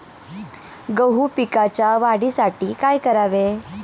गहू पिकाच्या वाढीसाठी काय करावे?